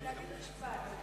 להגיד משפט.